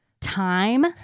time